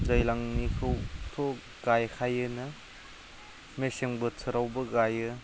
दैज्लांनिखौथ' गायखायोआनो मेसें बोथोरावबो गायो